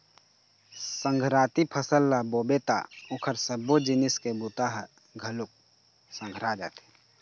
संघराती फसल ल बोबे त ओखर सबो जिनिस के बूता ह घलोक संघरा जाथे